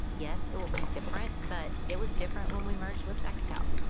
yes, it will be different, but it was different when we merged with nextel.